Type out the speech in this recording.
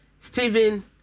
Stephen